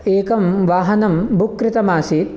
एकं वाहनं बुक् कृतमासीत्